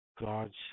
God's